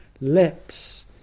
lips